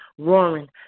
Roaring